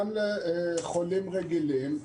גם לחולים רגילים,